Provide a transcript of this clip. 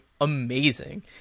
amazing